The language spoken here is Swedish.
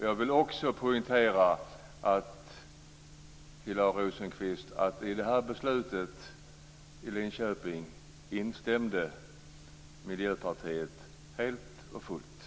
Jag vill också poängtera, Hillar Rosenqvist, att Miljöpartiet helt och fullt instämde i detta beslut i Linköping.